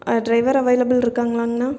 driver அவைலபிள்ருக்காங்ளாங்ணா